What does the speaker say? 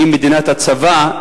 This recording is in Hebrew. שהיא מדינת הצבא,